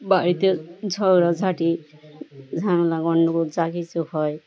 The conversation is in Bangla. বাড়িতে ঝগড়াঝাটি ঝামেলা গণ্ডগোল যা কিছু হয়